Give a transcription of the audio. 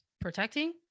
protecting